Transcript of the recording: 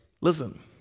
Listen